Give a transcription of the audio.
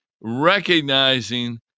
recognizing